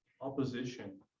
opposition